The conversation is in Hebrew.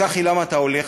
צחי, למה אתה הולך?